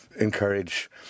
encourage